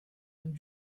and